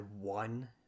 one